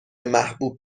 محبوب